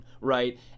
right